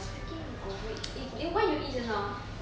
speaking of it eh what you eat just now ah